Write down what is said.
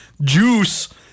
juice